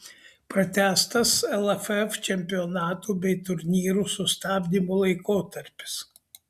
pratęstas lff čempionatų bei turnyrų sustabdymo laikotarpis